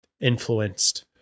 influenced